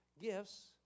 gifts